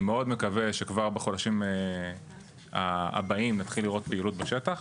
אני מאוד מקווה שכבר בחודשים הבאים נתחיל לראות פעילות בשטח.